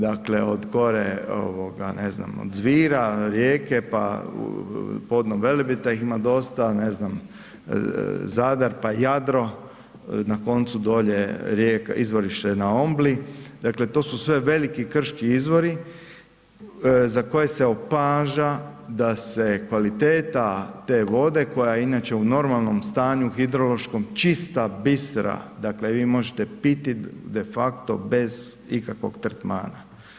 Dakle od gore, ne znam, od Zvira, Rijeke pa podno Velebita ih ima dosta, ne znam, Zadar, pa Jadro, na koncu dolje izvorište na Ombli, dakle to su sve veliki krški izvori za koje se opaža da se kvaliteta te vode koja inače u normalnom stanju hidrološkom čista bistra, dakle, vi ju možete piti de facto bez ikakvog tretmana.